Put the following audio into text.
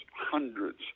hundreds